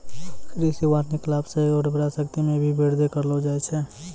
कृषि वानिकी लाभ से उर्वरा शक्ति मे भी बृद्धि करलो जाय छै